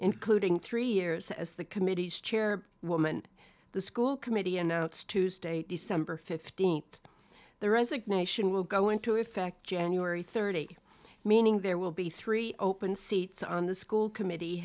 including three years as the committee's chair woman the school committee announced tuesday december fifteenth the resignation will go into effect january thirty meaning there will be three open seats on the school committee